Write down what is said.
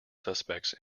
suspects